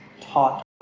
taught